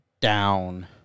down